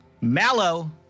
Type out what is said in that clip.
Mallow